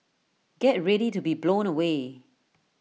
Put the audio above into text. get ready to be blown away